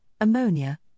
ammonia